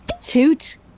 Toot